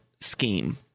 scheme